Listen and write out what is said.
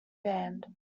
band